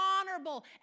honorable